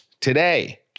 today